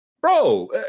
bro